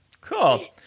Cool